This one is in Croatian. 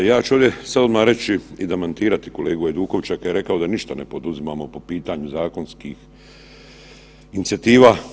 Ja ću ovdje sad odma reći i demantirati kolegu Hajdukovića kad je reko da ništa ne poduzimao po pitanju zakonskih inicijativa.